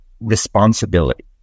responsibility